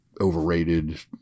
overrated